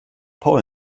paul